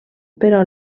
però